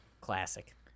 classic